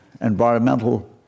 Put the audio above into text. environmental